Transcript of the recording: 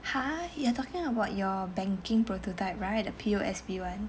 !huh! you are talking about your banking prototype right the P_O_S_B [one]